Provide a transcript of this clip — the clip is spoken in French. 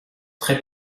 très